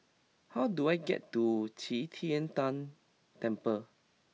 how do I get to Qi Tian Tan Temple